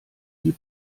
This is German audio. die